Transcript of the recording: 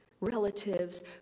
relatives